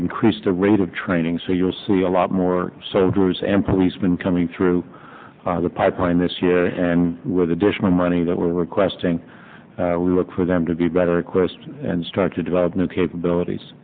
increase the rate of training so you'll see a lot more soldiers and policemen coming through the pipeline this year and with additional money that we're requesting we look for them to be better request and start to develop new capabilities